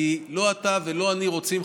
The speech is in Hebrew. כי לא אתה ולא אני רוצים,